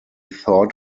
thought